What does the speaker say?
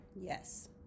Yes